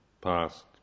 past